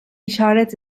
işaret